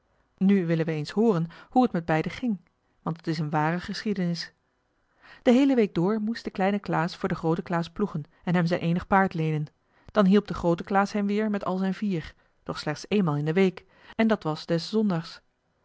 nu willen we eens hooren hoe het met beiden ging want het is een ware geschiedenis de heele week door moest de kleine klaas voor den grooten klaas ploegen en hem zijn eenig paard leenen dan hielp de groote klaas hem weer met al zijn vier doch slechts eenmaal in de week en dat was des zondags